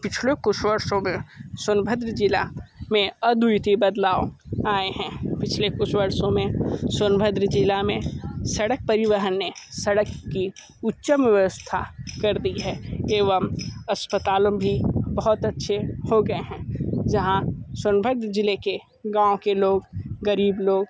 पिछले कुछ वर्ष हो गए सोनभद्र जिला में अद्वितीय बदलाव आएं हैं पिछले कुछ वर्षों में सोनभद्र जिला में सड़क परिवहन ने सड़क की उच्चम व्यवस्था कर दी है एवं अस्पतालों भी बहुत अच्छे हो गए हैं जहाँ सोनभद्र जिले के गाँव के लोग गरीब लोग